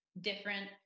different